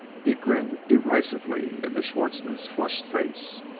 he grinned derisively into schwartzmann's flushed face,